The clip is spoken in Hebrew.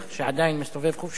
שעדיין מסתובב חופשי,